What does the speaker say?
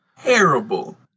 terrible